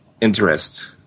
interest